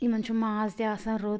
یِمن چھُ ماز تہِ آسان رُت